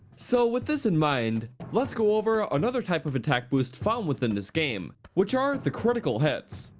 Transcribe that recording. so with this in mind, lets go over another type of attack boost found within this game, which are the critical hits.